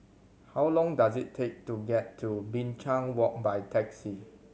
how long does it take to get to Binchang Walk by taxi